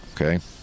Okay